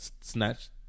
Snatched